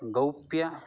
गौप्यः